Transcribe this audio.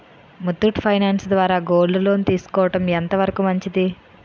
Muthoot finance ద్వారా gold loan తీసుకోవడం ఎంత వరకు మంచిది?